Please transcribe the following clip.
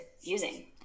using